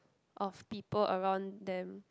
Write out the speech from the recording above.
of people around them